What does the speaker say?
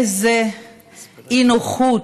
איזו אי-נוחות,